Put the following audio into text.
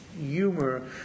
humor